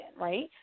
right